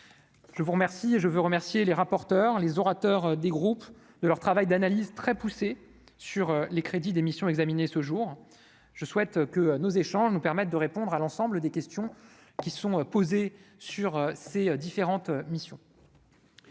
je vous remercie et je veux remercier les rapporteurs, les orateurs des groupes de leur travail d'analyse très poussées sur les crédits d'émission examiné ce jour, je souhaite que nos échanges, nous permettent de répondre à l'ensemble des questions qui sont posées sur ses différentes missions.